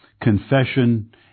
confession